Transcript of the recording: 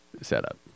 setup